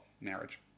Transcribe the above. marriage